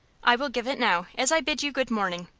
i will give it now, as i bid you good-morning.